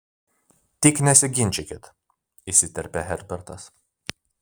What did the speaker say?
tik nesiginčykit įsiterpė herbertas